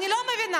אני לא מבינה,